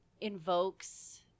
invokes